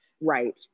right